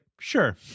Sure